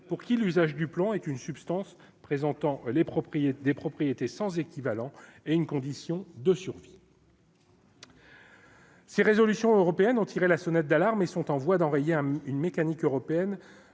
pour qui l'usage du plan est une substance présentant les propriétés des propriétés sans équivalent est une condition de survie. Ces résolutions européennes ont tiré la sonnette d'alarme et sont en voie d'envoyer un une mécanique européenne